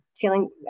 feeling